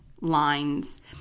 lines